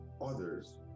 others